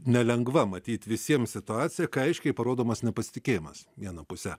nelengva matyt visiems situacija aiškiai parodomas nepasitikėjimas viena puse